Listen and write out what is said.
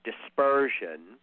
dispersion